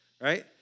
right